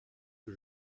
que